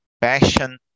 passion